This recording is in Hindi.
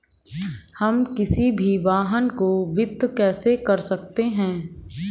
हम किसी भी वाहन को वित्त कैसे कर सकते हैं?